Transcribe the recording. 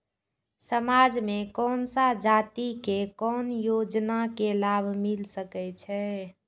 समाज में कोन सा जाति के कोन योजना के लाभ मिल सके छै?